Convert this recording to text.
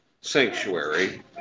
sanctuary